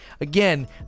again